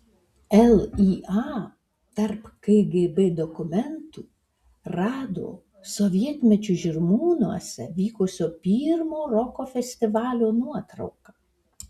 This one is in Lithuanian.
lya tarp kgb dokumentų rado sovietmečiu žirmūnuose vykusio pirmo roko festivalio nuotrauką